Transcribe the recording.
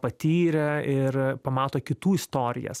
patyrė ir pamato kitų istorijas